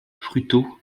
fruteau